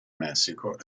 messico